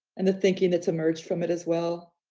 and the thinking that's emerged from it as well.